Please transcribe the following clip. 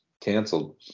canceled